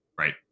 right